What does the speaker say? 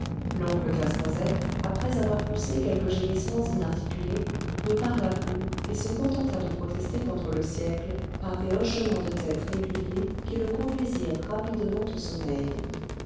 l'oncle casse-noisette après avoir poussé quelques gémissements inarticulés ne parla plus et se contenta de protester contre le siècle par des hochements de tête réguliers qui le conduisirent rapidement au sommeil